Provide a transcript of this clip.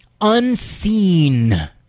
unseen